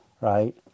right